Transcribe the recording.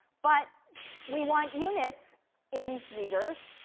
but we want units in meters.